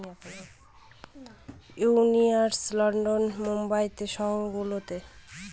new York, London, বোম্বের মত শহর গুলো